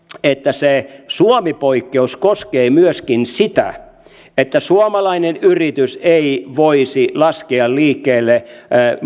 että se suomi poikkeus koskisi myöskin sitä että suomalainen yritys ei voisi laskea liikkeelle